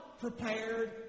prepared